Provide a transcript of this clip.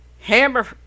hammer